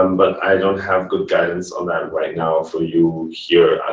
um but i don't have good guidance on that right now for you here.